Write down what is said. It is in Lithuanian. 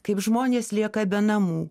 kaip žmonės lieka be namų